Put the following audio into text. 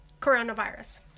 coronavirus